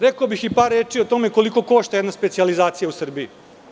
Rekao bih par reči o tome koliko košta jedna specijalizacija u Srbiji.